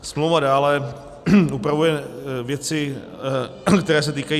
Smlouva dále upravuje věci, které se týkají...